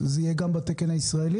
זה יהיה גם בתקן הישראלי?